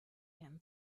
him